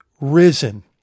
risen